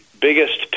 biggest